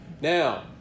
Now